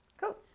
Cool